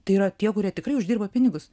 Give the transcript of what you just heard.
tai yra tie kurie tikrai uždirba pinigus